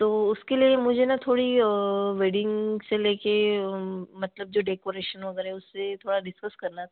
तो उसके लिए मुझे ना थोड़ी वेडिंग से लेकर मतलब जो डेकोरेशन वगैरह उससे थोड़ा डिस्कस करना था